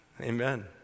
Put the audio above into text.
Amen